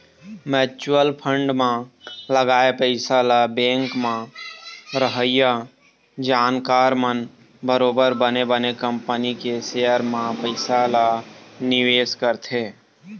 mutual fund म लगाए पइसा ल बेंक म रहइया जानकार मन बरोबर बने बने कंपनी के सेयर म पइसा ल निवेश करथे